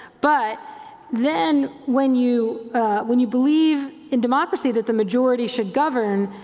but then when you when you believe in democracy, that the majority should govern,